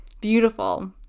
beautiful